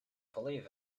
believe